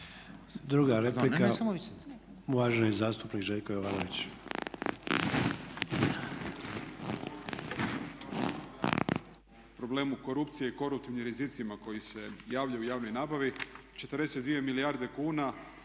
Druga replika, uvaženi zastupnik Željko Jovanović.